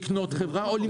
לקנות חברה או למכור.